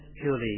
purely